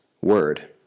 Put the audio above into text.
word